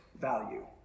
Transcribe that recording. value